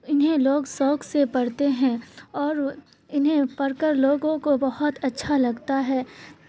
انہیں لوگ شوق سے پڑھتے ہیں اور انہیں پڑھ کر لوگوں کو بہت اچھا لگتا ہے